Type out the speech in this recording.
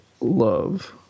love